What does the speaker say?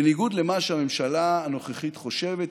בניגוד למה שהממשלה הנוכחית חושבת,